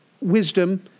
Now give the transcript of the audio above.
wisdom